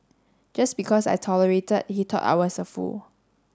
just because I tolerated he thought I was a fool